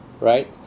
right